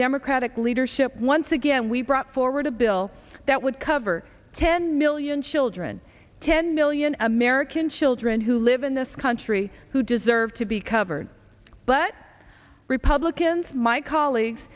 democratic leadership once again we brought forward a bill that would cover ten million children ten million american children who live in this country who deserve to be covered but republicans my colleagues